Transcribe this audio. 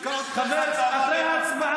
הזכרת את השם שלי, אחרי ההצבעה.